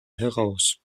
heraus